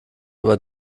aber